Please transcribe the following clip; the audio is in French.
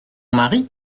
mari